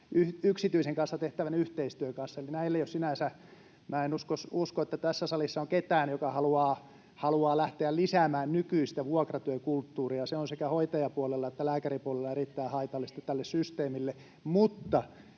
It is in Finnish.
yksityisen kanssa tehtävän yhteistyön kanssa. Eli näillä ei ole sinänsä... Minä en usko, että tässä salissa on ketään, joka haluaa lähteä lisäämään nykyistä vuokratyökulttuuria. Se on sekä hoitajapuolella että lääkäripuolella erittäin haitallista tälle systeemille, mutta